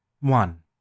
One